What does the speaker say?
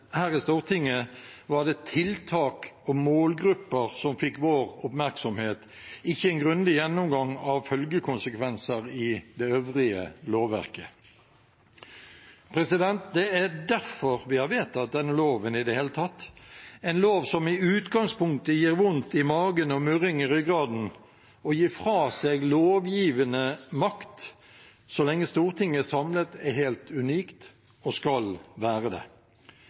her i Stortinget, var det tiltak og målgrupper som fikk vår oppmerksomhet, ikke en grundig gjennomgang av følgekonsekvenser i det øvrige lovverket. Det er derfor vi har vedtatt denne loven i det hele tatt, en lov som i utgangspunktet gir vondt i magen og murring i ryggraden. Det å gi fra seg lovgivende makt så lenge Stortinget er samlet, er helt unikt – og skal være det.